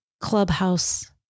Clubhouse